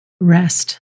rest